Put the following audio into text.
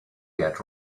yet